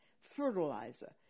fertilizer